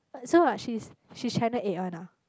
uh so what she's she's channel eight one ah